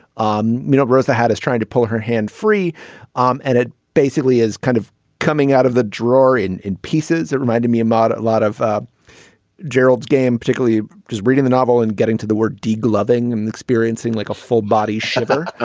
um you know gross the hat is trying to pull her hand free um and it basically is kind of coming out of the drawer in in pieces that reminded me a lot of a lot of ah gerald's game particularly just reading the novel and getting to the word dig loving and experiencing like a full body shiver.